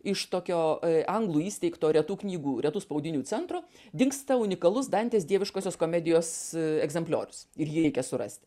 iš tokio anglų įsteigto retų knygų retų spaudinių centro dingsta unikalus dantės dieviškosios komedijos egzempliorius ir jį reikia surasti